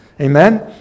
Amen